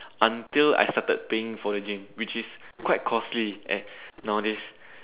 until I started paying for the gym which is quite costly nowadays